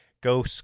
go